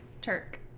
Turk